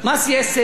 מס יסף,